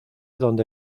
donde